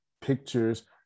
pictures